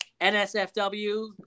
NSFW